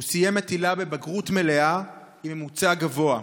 הוא סיים את היל"ה בבגרות מלאה עם ממוצע גבוה.